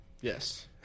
Yes